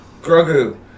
Grogu